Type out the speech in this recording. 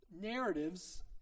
narratives